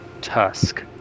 tusk